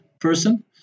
person